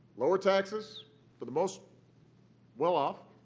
lower taxes for the most well-off,